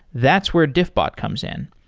that's where diffbot comes in.